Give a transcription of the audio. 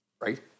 Right